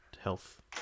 health